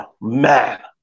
man